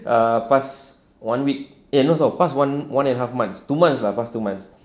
ah past one week eh not so past one one and a half months two months ah past two months